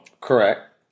Correct